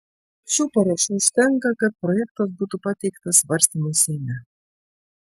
šių parašų užtenka kad projektas būtų pateiktas svarstymui seime